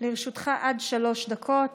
לרשותך עד שלוש דקות.